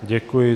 Děkuji.